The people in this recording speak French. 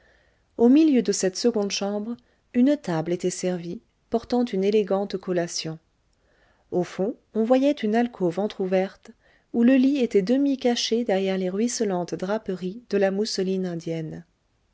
au milieu de cette seconde chambre une table était servie portant une élégante collation au fond on voyait une alcôve entr'ouverte où le lit était demi caché derrière les ruisselantes draperies de la mousseline indienne